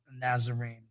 Nazarene